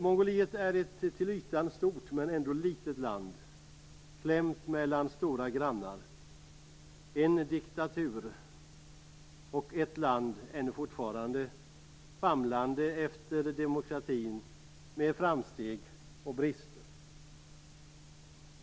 Mongoliet är ett till ytan stort men ändå litet land, klämt mellan stora grannar. Det är en diktatur - ett land ännu famlande efter demokratin med framsteg och brister.